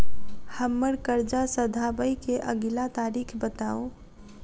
हम्मर कर्जा सधाबई केँ अगिला तारीख बताऊ?